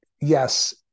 Yes